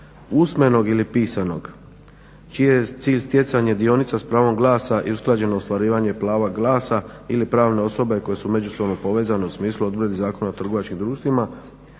usmenog ili pisanog čiji je cilj stjecanje dionica s pravom glasa i usklađeno ostvarivanje prava glasa ili pravne osobe koje su međusobno povezane u smislu … Zakona o trgovačkim društvima,